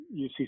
UC